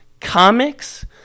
comics